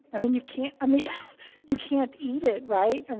i mean you can't i mean you can't eat it, right and